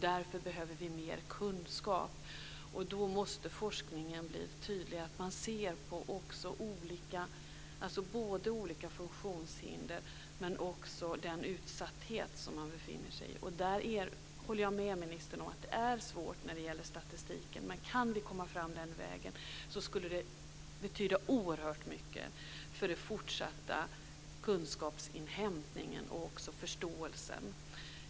Därför behöver vi mer kunskap, och då måste forskningen bli tydlig. Man måste se både till olika funktionshinder och till den utsatta situation som dessa kvinnor befinner sig i. Där håller jag med ministern om att det är svårt med statistiken. Men om vi kan komma fram den vägen skulle det betyda oerhört mycket för den fortsatta kunskapsinhämtningen och för förståelsen.